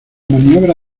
maniobra